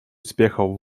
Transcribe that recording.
успехов